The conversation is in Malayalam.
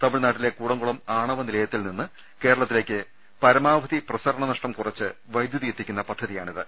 തമിഴ്നാട്ടിലെ കൂടംകുളം ആണ വനിലയത്തിൽ നിന്ന് കേരളത്തിലേക്ക് പരമാവധി പ്രസരണ നഷ്ടം കുറച്ച് വൈദ്യുതി എത്തിക്കുന്ന പദ്ധതിയാണിത്